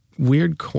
weird